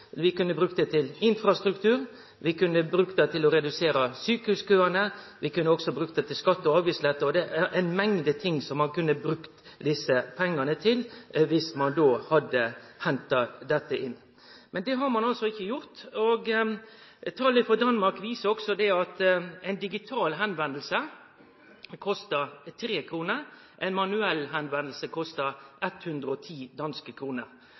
Vi kunne brukt dei til infrastruktur, vi kunne brukt dei til å redusere sjukehuskøane. Vi kunne også brukt dei til skatte- og avgiftslette. Det er ei mengd ting som ein kunne ha brukt desse pengane til dersom ein hadde henta dette inn. Men det har ein altså ikkje gjort. Tal frå Danmark viser også det at ein digital førespurnad kostar 3 kr; ein manuell førespurnad kostar 110 danske kroner.